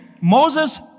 Moses